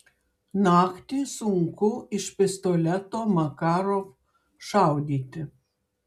naktį sunku iš pistoleto makarov šaudyti